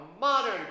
modern